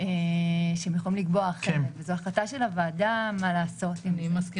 אני מניח